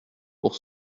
pour